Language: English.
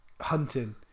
hunting